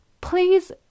please